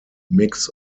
mix